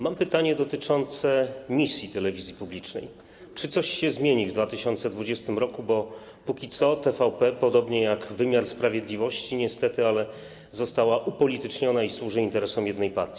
Mam pytanie dotyczące misji telewizji publicznej, czy coś się zmieni w 2020 r., bo na razie TVP podobnie jak wymiar sprawiedliwości niestety, ale została upolityczniona i służy interesom jednej partii.